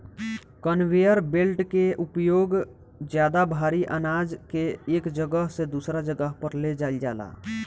conveyor belt के उपयोग ज्यादा भारी आनाज के एक जगह से दूसरा जगह पर ले जाईल जाला